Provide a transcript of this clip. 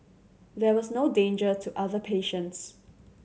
there was no danger to other patients